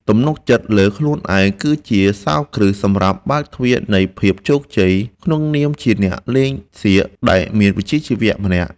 ទំនុកចិត្តលើខ្លួនឯងគឺជាសោរគ្រឹះសម្រាប់បើកទ្វារនៃភាពជោគជ័យក្នុងនាមជាអ្នកលេងសៀកដែលមានវិជ្ជាជីវៈម្នាក់។